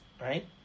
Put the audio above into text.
right